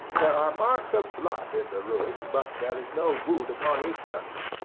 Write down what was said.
there are marks of blood in the room, but there is no wound upon his person.